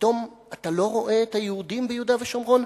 פתאום אתה לא רואה את היהודים ביהודה ושומרון,